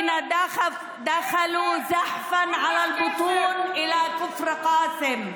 אשר נכנסו בזחילה על בטנם לכפר קאסם,